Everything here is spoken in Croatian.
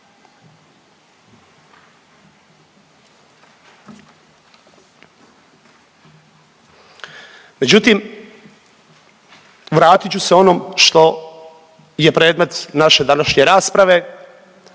Međutim, vratit ću se onom što je predmet naše današnje rasprave